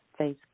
Facebook